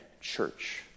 church